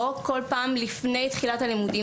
שלא יהיה כל פעם לפני תחילת הלימודים.